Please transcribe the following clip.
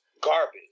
garbage